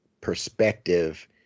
perspective